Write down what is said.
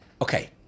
Okay